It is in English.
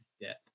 Death